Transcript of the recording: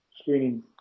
screening